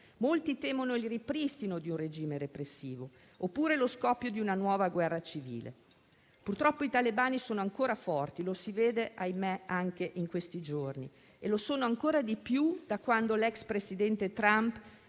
Molti temono il ripristino di un regime repressivo, oppure lo scoppio di una nuova guerra civile. Purtroppo, i talebani sono ancora forti - lo si vede, ahimè, anche in questi giorni - e lo sono ancora di più da quando l'*ex* presidente Trump